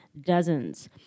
dozens